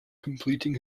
completing